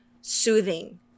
soothing